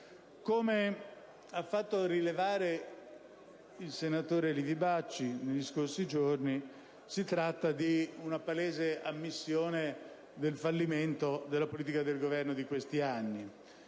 Come ha rilevato il senatore Livi Bacci negli scorsi giorni, si tratta di una palese ammissione del fallimento della politica del Governo degli ultimi anni,